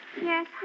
Yes